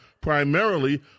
primarily